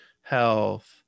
health